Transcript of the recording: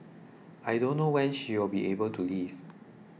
I don't know when she will be able to leave